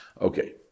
Okay